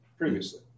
Previously